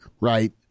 right